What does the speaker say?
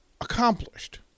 accomplished